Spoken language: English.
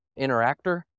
Interactor